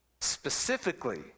specifically